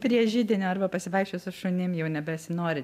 prie židinio arba pasivaikščiot su šunim jau nebesinori